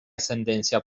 ascendencia